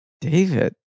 David